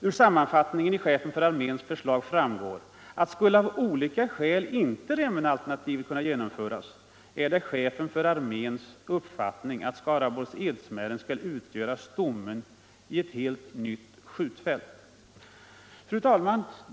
Ur sammanfattningen i Chefens för Armén förslag framgår, att skulle av olika skäl inte Remmenealternativet kunna genomföras, är det Chefens för Armén uppfattning att Skaraborgs Edsmären skall utgöra stommen i ett helt nytt skjutfält.” Fru talman!